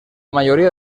mayoría